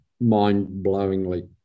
mind-blowingly